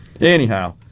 Anyhow